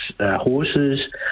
horses